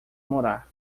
morar